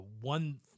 one